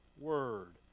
word